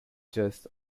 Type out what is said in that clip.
just